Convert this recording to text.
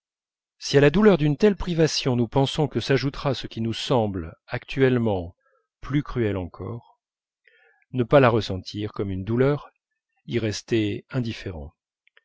si à la douleur d'une telle privation nous pensons que s'ajoutera ce qui pour nous semble actuellement plus cruel encore ne pas la ressentir comme une douleur y rester indifférent